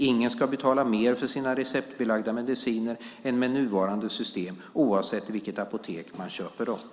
Ingen ska betala mer för sina receptbelagda mediciner än med nuvarande system, oavsett i vilket apotek man köper dem.